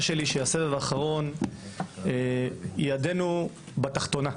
שלי היא שבסבב האחרון ידנו בתחתונה.